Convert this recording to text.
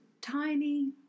tiny